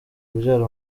kubyara